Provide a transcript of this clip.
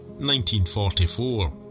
1944